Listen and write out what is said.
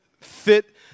fit